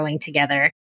together